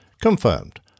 Confirmed